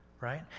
Right